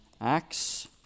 Acts